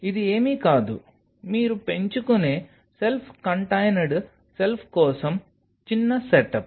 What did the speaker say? ఇది ఏమీ కాదు మీరు పెంచుకునే సెల్ఫ్ కంటైనెడ్ సెల్స్ కోసం చిన్న సెటప్